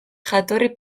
jatorri